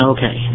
Okay